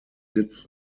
sitz